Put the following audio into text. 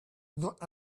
not